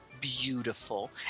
beautiful